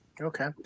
okay